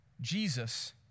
Jesus